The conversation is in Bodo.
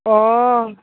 अ